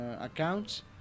accounts